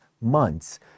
months